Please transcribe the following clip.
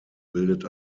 bildet